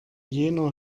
jener